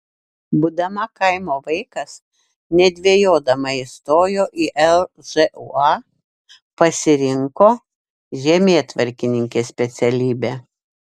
būdama kaimo vaikas nedvejodama įstojo į lžūa pasirinko žemėtvarkininkės specialybę